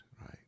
right